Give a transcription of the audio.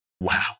Wow